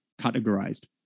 categorized